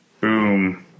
Boom